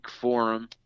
forum